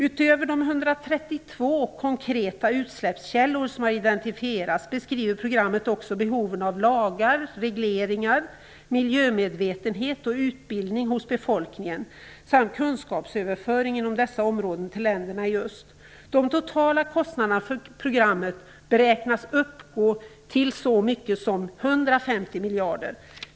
Utöver de 132 konkreta utsläppskällor som har identifierats beskriver programmet också behoven av lagar, regleringar, miljömedvetenhet och utbildning hos befolkningen samt kunskapsöverföring inom dessa områden till länderna i öst. De totala kostnaderna för programmet beräknas uppgå till så mycket som 150 miljarder kronor.